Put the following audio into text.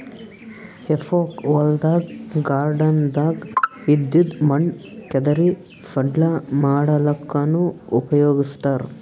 ಹೆಫೋಕ್ ಹೊಲ್ದಾಗ್ ಗಾರ್ಡನ್ದಾಗ್ ಇದ್ದಿದ್ ಮಣ್ಣ್ ಕೆದರಿ ಸಡ್ಲ ಮಾಡಲ್ಲಕ್ಕನೂ ಉಪಯೊಗಸ್ತಾರ್